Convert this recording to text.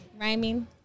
rhyming